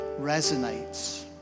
resonates